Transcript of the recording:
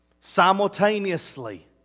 Simultaneously